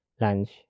lunch